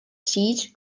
siis